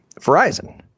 Verizon